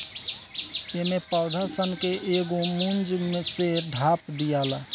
एमे पौधा सन के एगो मूंज से ढाप दियाला